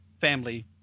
family